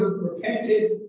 repented